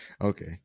Okay